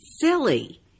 silly